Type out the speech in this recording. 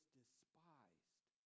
despised